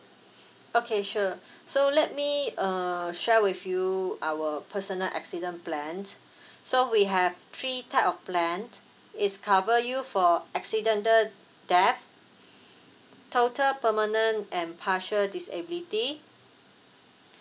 okay sure so let me err share with you our personal accident plan so we have three type of plan it's cover you for accidental death total permanent and partial disability